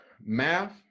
Math